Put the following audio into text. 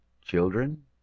children